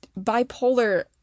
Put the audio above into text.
bipolar